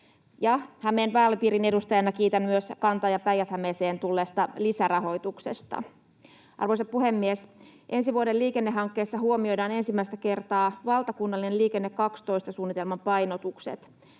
Hämeen vaalipiirin edustajana kiitän myös Kanta- ja Päijät-Hämeeseen tulleesta lisärahoituksesta. Arvoisa puhemies! Ensi vuoden liikennehankkeissa huomioidaan ensimmäistä kertaa valtakunnallisen Liikenne 12 ‑suunnitelman painotukset.